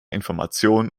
information